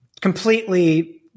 completely